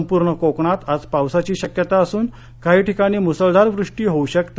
संपूर्ण कोकणात आज पावसाची शक्यता असून काही ठिकाणी मुसळधार वृष्टी होऊ शकते